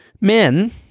Men